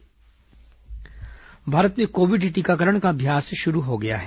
corona टीकाकरण भारत में Covid टीकाकरण का अभ्यास शुरू हो गया है